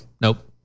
Nope